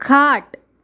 खाट